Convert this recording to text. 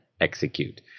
execute